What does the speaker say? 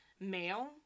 Male